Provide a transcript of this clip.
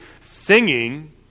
Singing